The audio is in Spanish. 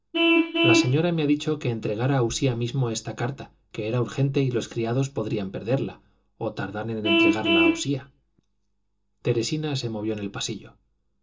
la señora me ha dicho que entregara a usía mismo esta carta que era urgente y los criados podrían perderla o tardar en entregarla a usía teresina se movió en el pasillo